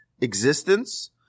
existence